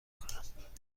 کنم